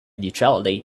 neutrality